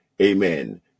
amen